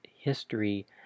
history